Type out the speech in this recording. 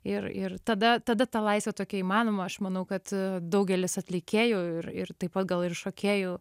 ir ir tada tada ta laisvė tokia įmanoma aš manau kad daugelis atlikėjų ir ir taip pat gal ir šokėjų